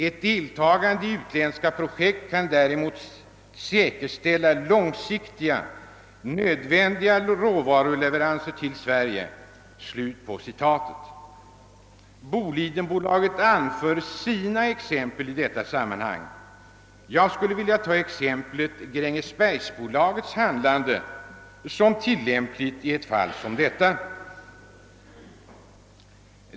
Ett deltagande i utländska projekt kan däremot säkerställa långsiktigt nödvändiga råvaruleveranser till Sverige.» Bolidenbolaget anför sina exempel i detta sammanhang. Jag skulle vilja ta exemplet Grängesbergsbolagets handlande som tillämpligt i ett fall som detta.